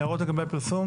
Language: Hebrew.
הערות לגבי הפרסום?